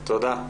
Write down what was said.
תודה.